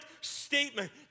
statement